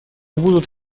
будут